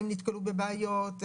האם נתקלו בבעיות?